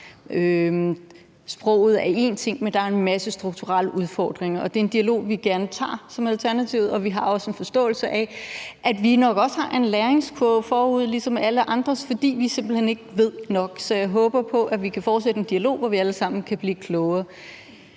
Sproget er én ting, men der er en masse strukturelle udfordringer. Det er en dialog, vi gerne tager i Alternativet, og vi har også en forståelse af, at vi ligesom alle andre nok også har en læringskurve forude, fordi vi simpelt hen ikke ved nok. Så jeg håber på, at vi kan fortsætte en dialog, hvor vi alle sammen kan blive klogere.